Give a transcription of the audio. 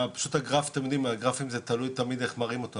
גרפים זה תלוי תמיד איך מראים אותם.